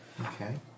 Okay